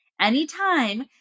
Anytime